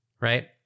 right